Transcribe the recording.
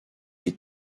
les